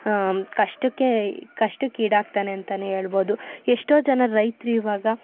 ಕಷ್ಟಕ್ಕೆ ಕಷ್ಟಕ್ಕೀಡಾಗ್ತನೆ ಅಂತಲೇ ಹೇಳ್ಬೋದು ಎಷ್ಟೋ ಜನ ರೈತರು ಇವಾಗ